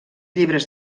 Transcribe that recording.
llibres